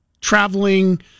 traveling